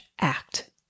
act